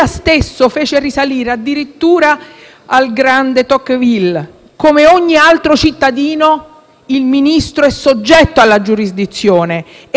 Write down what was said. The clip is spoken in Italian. il Ministro è soggetto alla giurisdizione e solo in casi eccezionali l'autorizzazione a proseguire il procedimento penale può essere negata;